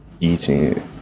eating